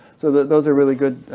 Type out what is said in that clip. so those are really good,